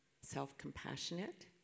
self-compassionate